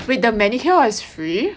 wait the manicure is free